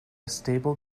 stable